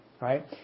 right